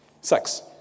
Sex